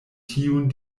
tiun